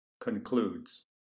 concludes